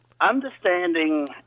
understanding